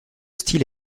style